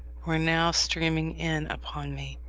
were now streaming in upon me.